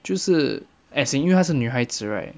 就是 as in 因为他是女孩子 right